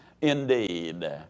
indeed